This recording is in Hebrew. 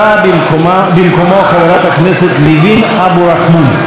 באה במקומו חברת הכנסת ניבין אבו רחמון.